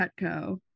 Petco